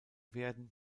werden